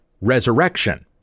resurrection